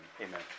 amen